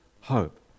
hope